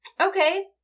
Okay